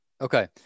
Okay